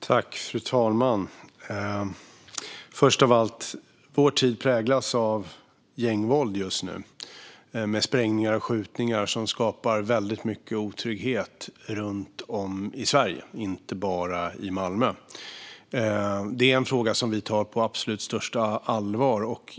Fru talman! Först av allt: Vår tid präglas just nu av gängvåld med sprängningar och skjutningar som skapar väldigt mycket otrygghet runt om i Sverige, inte bara i Malmö. Det är en fråga som vi absolut tar på största allvar.